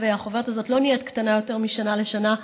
החוברת הזאת לא נהיית קטנה יותר משנה לשנה,